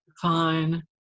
Fine